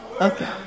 Okay